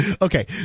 Okay